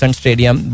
stadium